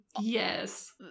Yes